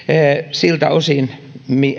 siltä osin